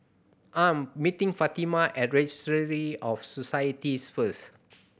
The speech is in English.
I'm meeting Fatima at Registry of Societies first